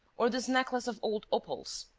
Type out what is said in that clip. or this necklace of old opals.